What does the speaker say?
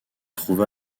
trouve